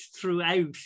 throughout